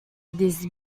this